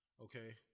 okay